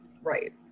Right